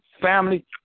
family